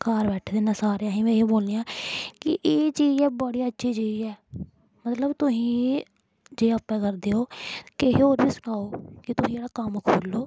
घर बैठे दे न सारे आहीं बी एह् बोलने ऐ कि एह् चीज ऐ बड़ी अच्छी चीज ऐ मतलब तुही जे आपै करदे ओ किहै होर गी बी सखाओ कि तुही एह्ड़ा कम्म खोह्ल्लो